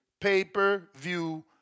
pay-per-view